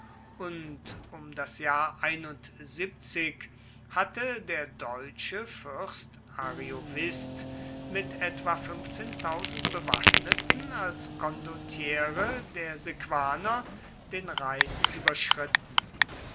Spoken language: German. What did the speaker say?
und um das jahr hatte der deutsche fürst ariovist mit etwa bewaffneten als condottiere der sequaner den rhein überschritten